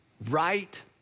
right